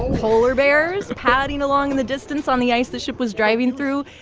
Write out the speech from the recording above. polar bears padding along the distance on the ice the ship was driving through.